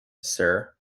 sir